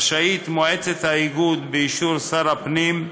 רשאית מועצת האיגוד, באישור שר הפנים,